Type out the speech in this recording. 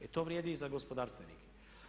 E to vrijedi i za gospodarstvenike.